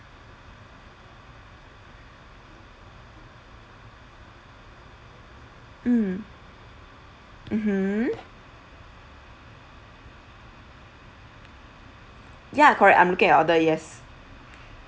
mm mmhmm ya correct I'm looking at your order yes